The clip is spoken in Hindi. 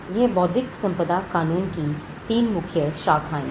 यह बौद्धिक संपदा कानून की 3 मुख्य शाखाएं हैं